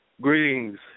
Greetings